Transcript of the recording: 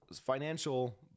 financial